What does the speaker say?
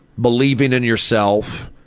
believing in yourself,